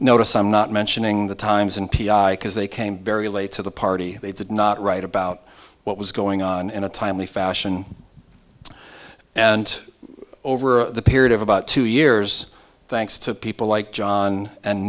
notice i'm not mentioning the times and because they came very late to the party they did not write about what was going on in a timely fashion and over a period of about two years thanks to people like john and